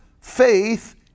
faith